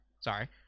sorry